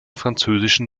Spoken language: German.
französischen